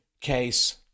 case